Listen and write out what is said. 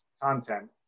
content